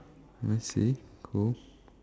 I see cool